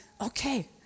okay